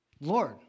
Lord